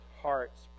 hearts